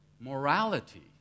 morality